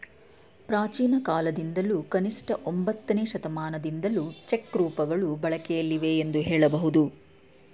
ಪ್ರಾಚೀನಕಾಲದಿಂದಲೂ ಕನಿಷ್ಠ ಒಂಬತ್ತನೇ ಶತಮಾನದಿಂದಲೂ ಚೆಕ್ ರೂಪಗಳು ಬಳಕೆಯಲ್ಲಿವೆ ಎಂದು ಹೇಳಬಹುದು